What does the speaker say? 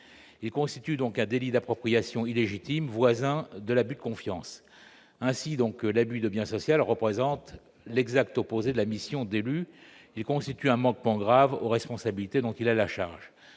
Il constitue un délit d'appropriation illégitime, voisin de l'abus de confiance. Ainsi, l'abus de biens sociaux est à l'exact opposé de la mission de l'élu. Il représente un manquement grave aux responsabilités dont il a la charge.